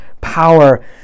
power